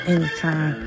Anytime